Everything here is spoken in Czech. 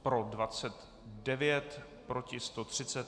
Pro 29, proti 130.